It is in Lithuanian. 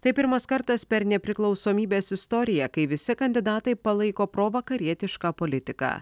tai pirmas kartas per nepriklausomybės istoriją kai visi kandidatai palaiko provakarietišką politiką